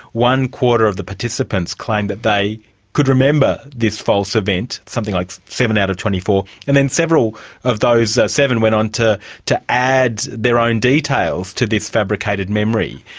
one-quarter of the participants claimed that they could remember this false event, something like seven out of twenty four, and then several of those seven went on to to add their own details to this fabricated memory.